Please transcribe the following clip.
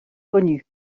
connu